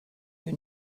you